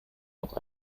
noch